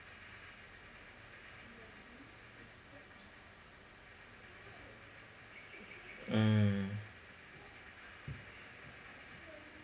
mm